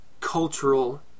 cultural